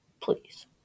Please